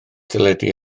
deledu